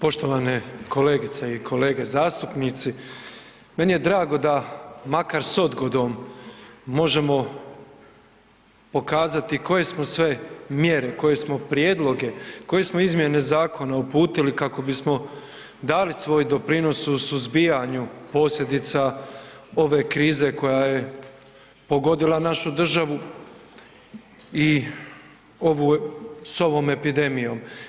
Poštovane kolegice i kolege zastupnici, meni je drago da makar s odgodom možemo pokazati koje smo sve mjere, koje smo prijedloge, koje smo izmjene zakona uputili kako bismo dali svoj doprinos u suzbijanju posljedica ove krize koja je pogodila našu državu i s ovom epidemijom.